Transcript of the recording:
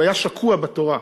הוא היה שקוע בתורה.